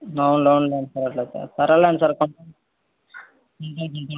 అవును అవునులే అండి సర్ సర్లే సర్లే అండి సరే